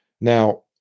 Now